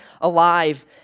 alive